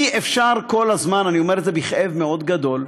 אי-אפשר כל הזמן, אני אומר את זה בכאב מאוד גדול: